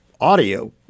audio